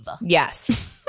Yes